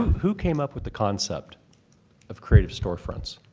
who came up with the concept of creative storefronts?